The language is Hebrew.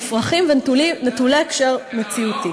מופרכים ונטולי קשר למציאות.